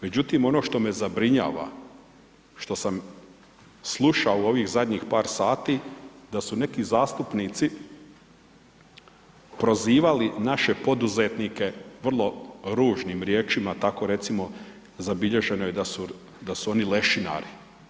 Međutim, ono što me zabrinjava što sam slušao u ovih zadnjih par sati da su neki zastupnici prozivali naše poduzetnike vrlo ružnim riječima tako recimo zabilježeno je da su, da su oni lešinari.